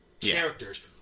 characters